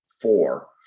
four